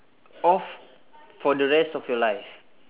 off for the rest of your life